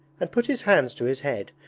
and put his hands to his head,